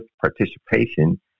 participation